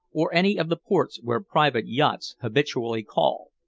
or any of the ports where private yachts habitually call.